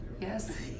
Yes